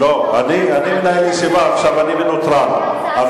אני מנהל ישיבה עכשיו, אני מנוטרל.